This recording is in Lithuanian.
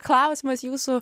klausimas jūsų